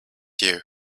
you